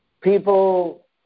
people